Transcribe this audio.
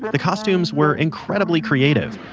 the costumes were incredibly creative.